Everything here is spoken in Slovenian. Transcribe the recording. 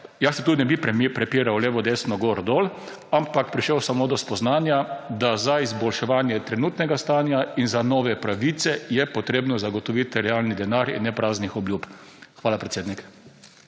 jaz se tudi ne bi prepiral levo, desno, gor, dol, ampak prišel samo do spoznanja, da za izboljševanje trenutnega stanja in za nove pravice je potrebno zagotoviti realni denar in ne praznih obljub. Hvala predsednik.